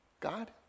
God